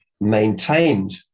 maintained